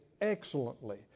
excellently